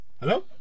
Hello